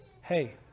hey